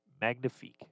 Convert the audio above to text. Magnifique